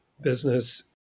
business